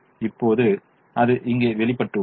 இப்போது அது இங்கே வெளிப்பட்டுள்ளது